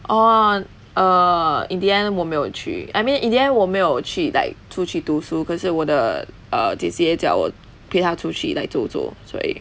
orh err in the end 我没有去 I mean in the end 我没有去 like 出去读书可是我的 err 姐姐叫我陪她出去 like 走走所以